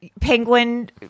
Penguin